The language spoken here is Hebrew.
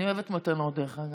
אני אוהבת מתנות, דרך אגב.